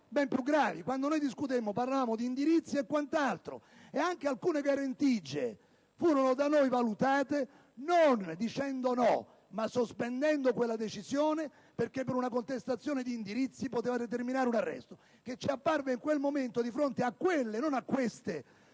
ben più gravi. Quando discutemmo parlavamo di indirizzi e quant'altro e anche alcune guarentigie furono da noi valutate, non dicendo no, ma sospendendo quella decisione perché una contestazione di indirizzi avrebbe potuto determinare un arresto che ci apparve in quel momento, di fronte a quelle (non alle